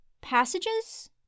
passages